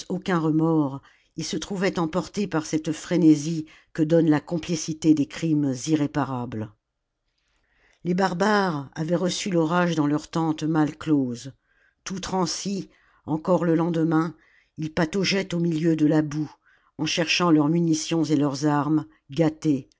aucun remords ils se trouvaient emportés par cette frénésie que donne la complicité des crimes irréparables les barbares avaient reçu l'orage dans leurs tentes mal closes tout transis encore le lendemain ils pataugeaient au milieu de la boue en cherchant leurs munitions et leurs armes gâtées